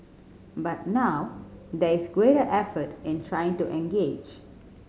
but now there is greater effort in trying to engage